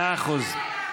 מאה אחוז.